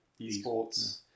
esports